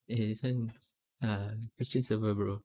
eh eh this one ah christian server bro